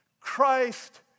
Christ